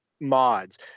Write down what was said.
mods